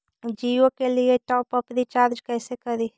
जियो के लिए top up recharge कैसे करी?